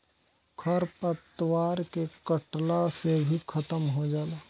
खर पतवार के कटला से भी खत्म हो जाला